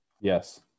Yes